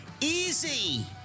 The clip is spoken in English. Easy